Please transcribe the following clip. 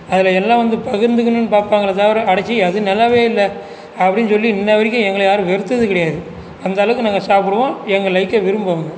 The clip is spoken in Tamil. அதில் எல்லாம் வந்து பகிர்ந்துக்கணுன்னு பார்ப்பாங்களே தவிர அட சீ அது நல்லவே இல்லை அப்படின்னு சொல்லி இன்னவரைக்கும் எங்களை யாரும் வெறுத்ததும் கிடையாது அந்த அளவுக்கு நாங்கள் சாப்புடுவோம் எங்கள் லைக்கை விரும்புவாங்கள்